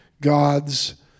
God's